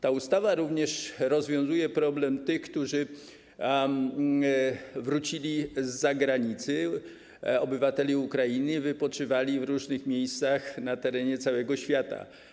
Ta ustawa również rozwiązuje problem tych, którzy wrócili z zagranicy, obywateli Ukrainy, którzy wypoczywali w różnych miejscach na terenie całego świata.